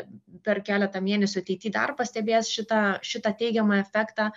per keletą mėnesių ateity į dar pastebės šitą šitą teigiamą efektą